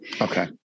Okay